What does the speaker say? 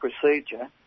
procedure